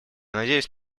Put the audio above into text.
надеюсь